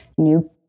new